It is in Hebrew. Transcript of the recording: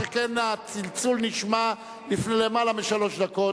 שכן הצלצול נשמע לפני יותר משלוש דקות.